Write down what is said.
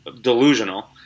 delusional